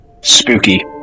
spooky